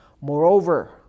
Moreover